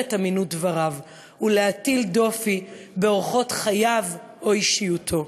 את אמינות דבריו ולהטיל דופי באורחות חייו או באישיותו.